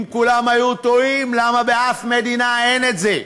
אם כולם היו טועים, למה בשום מדינה אין את זה?